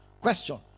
Question